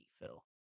Phil